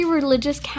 Religious